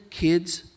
kids